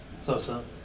So-so